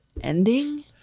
ending